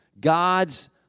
God's